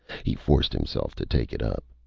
he forced himself to take it up.